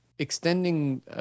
Extending